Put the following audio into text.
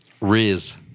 Riz